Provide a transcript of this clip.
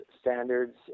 standards